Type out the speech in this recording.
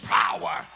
power